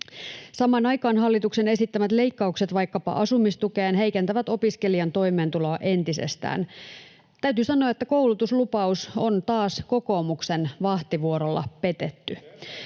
Samaan aikaan hallituksen esittämät leikkaukset vaikkapa asumistukeen heikentävät opiskelijan toimeentuloa entisestään. Täytyy sanoa, että koulutuslupaus on taas kokoomuksen vahtivuorolla petetty.